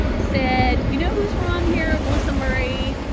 said, you know, who's wrong here? melissa murray,